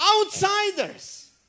outsiders